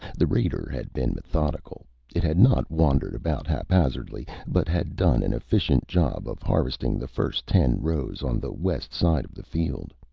the raider had been methodical it had not wandered about haphazardly, but had done an efficient job of harvesting the first ten rows on the west side of the field.